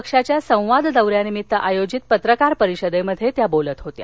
पक्षाच्या संवाद दौऱ्यानिमित्त आयोजित पत्रकार परिषदेत त्या बोलत होत्या